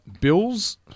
Bills